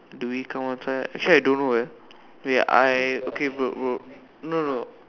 do we count actually actually I don't know leh wait I okay wait bro no no